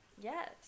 Yes